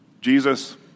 Jesus